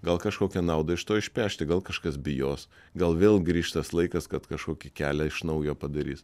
gal kažkokią naudą iš to išpešti gal kažkas bijos gal vėl grįš tas laikas kad kažkokį kelią iš naujo padarys